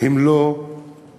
הם לא קדושים,